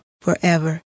forever